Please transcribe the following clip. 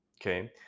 okay